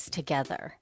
together